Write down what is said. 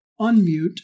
unmute